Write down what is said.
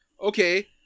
Okay